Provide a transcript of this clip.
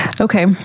Okay